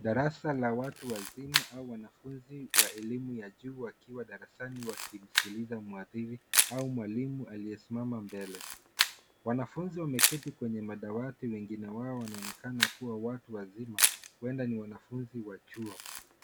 Darasa la watu wazima au wanafunzi wa elimu ya juu, wakiwa darasani wakimskiliza mwalimu ,au mwalimu aliyesimama mbele. Wanafunzi wameketi kwenye madawati wengine wao wanaonekana kuwa watu wazima, huenda ni wanafunzi wa chuo.